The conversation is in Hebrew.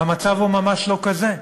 והמצב הוא ממש לא כזה.